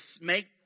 make